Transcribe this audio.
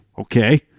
Okay